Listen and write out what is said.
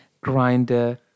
grinder